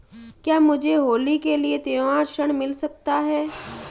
क्या मुझे होली के लिए त्यौहारी ऋण मिल सकता है?